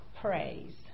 praise